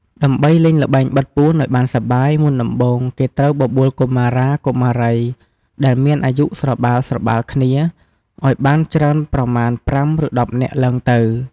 ដើម្បីលេងល្បែងបិទពួនឱ្យបានសប្បាយ មុនដំបូងគេត្រូវបបួលកុមារា កុមារីដែលមានអាយុស្របាលៗគ្នា ឱ្យបានច្រើនប្រមាណ ៥ ឬ ១០នាក់ឡើងទៅ។